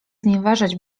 znieważać